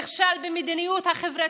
הוא נכשל במדיניות החברתית,